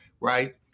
right